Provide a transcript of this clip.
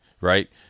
Right